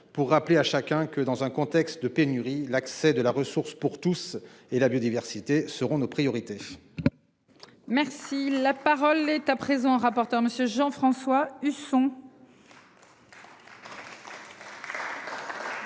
pour rappeler à chacun que dans un contexte de pénurie l'accès de la ressource pour tous et la biodiversité seront nos priorités. Merci la parole est à présent rapporteur Monsieur Jean-François Husson.